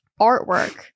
artwork